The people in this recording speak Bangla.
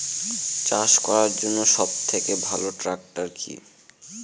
চাষ করার জন্য সবথেকে ভালো ট্র্যাক্টর কি?